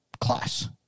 class